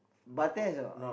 Barthez ah